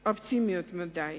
שהיא אופטימית מדי.